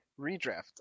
redraft